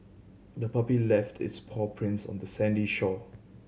the puppy left its paw prints on the sandy shore